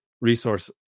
resource